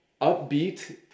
upbeat